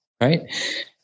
Right